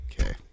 Okay